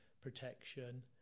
protection